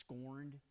scorned